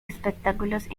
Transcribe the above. espectáculos